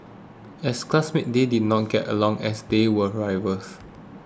as classmates they did not get along as they were rivals